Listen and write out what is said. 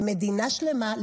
למדינה שלמה,